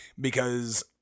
because-